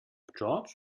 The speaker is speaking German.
george